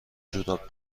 جوراب